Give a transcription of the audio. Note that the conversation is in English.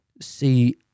see